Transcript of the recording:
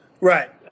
Right